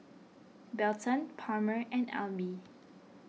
Belton Palmer and Alby